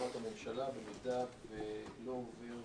-- מהקמת הממשלה, במידה שלא נעביר